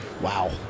Wow